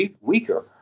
weaker